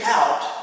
out